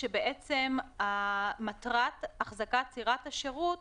נאמר שמטרת החזקת סירת השירות,